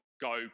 go